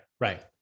right